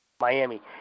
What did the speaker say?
Miami